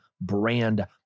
brand